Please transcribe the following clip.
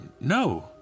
No